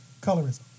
colorism